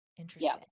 Interesting